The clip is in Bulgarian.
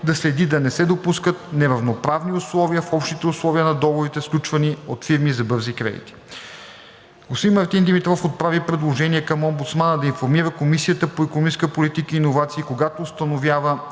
да следи да не се допускат неравноправни условия в общите условия на договорите, сключвани от фирми за бързи кредити. Господин Мартин Димитров отправи предложение към омбудсмана да информира Комисията по икономическа политика и иновации, когато установява